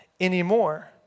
anymore